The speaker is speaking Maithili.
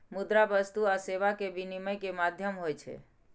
मुद्रा वस्तु आ सेवा के विनिमय के माध्यम होइ छै